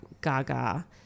Gaga